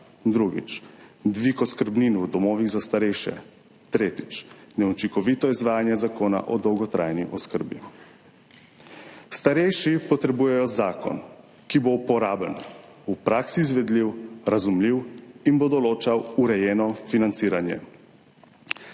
drugič, dvig oskrbnin v domovih za starejše, tretjič, neučinkovito izvajanje Zakona o dolgotrajni oskrbi. Starejši potrebujejo zakon, ki bo uporaben, v praksi izvedljiv, razumljiv in bo določal urejeno financiranje.